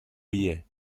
juillet